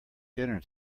dinner